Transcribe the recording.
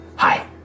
Hi